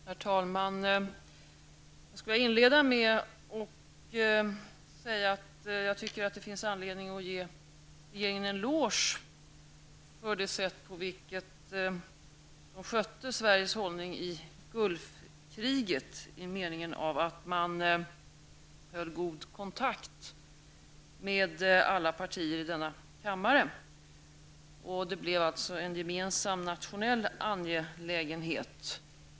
Herr talman! Jag skulle vilja inleda med att säga att jag tycker att det finns anledning att ge regeringen en eloge för det sätt man skötte Sveriges hållning i Gulfkriget. Man höll nämligen god kontakt med alla partier i denna kammare. Det blev alltså en gemensam nationell angelägenhet.